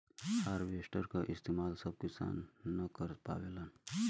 harvester क इस्तेमाल सब किसान न कर पावेलन